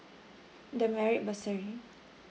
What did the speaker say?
the merit bursary